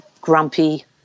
Grumpy